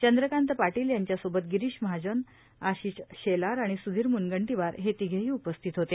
चंद्रकांत पाटील यांच्यासोबत गिरीश महाजन आशिष शेलार आणि स्धीर म्नगंटीवार हे तिघेही उपस्थित होते